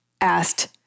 asked